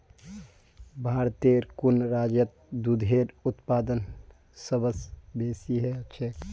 भारतेर कुन राज्यत दूधेर उत्पादन सबस बेसी ह छेक